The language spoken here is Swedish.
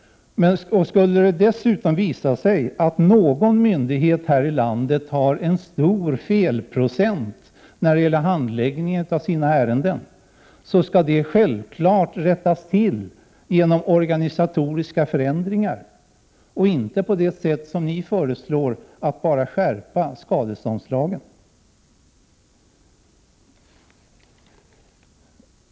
Skulle det dessutom visa sig att någon myndighet här i landet har en stor felprocent när det gäller handläggningen av sina ärenden, så skall det självfallet rättas till genom organisatoriska förändringar och inte på det sätt som ni föreslår, att bara skärpa skadeståndslagen.